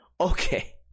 Okay